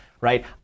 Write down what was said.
right